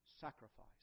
sacrifice